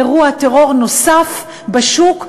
אירוע טרור נוסף בשוק,